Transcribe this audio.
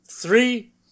Three